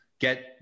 get